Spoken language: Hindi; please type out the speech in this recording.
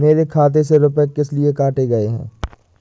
मेरे खाते से रुपय किस लिए काटे गए हैं?